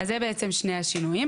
אז אלה בעצם שני השינויים.